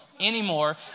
anymore